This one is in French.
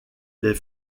les